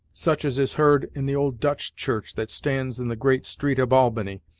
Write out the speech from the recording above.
such as is heard in the old dutch church that stands in the great street of albany,